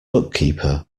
bookkeeper